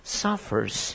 suffers